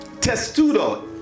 testudo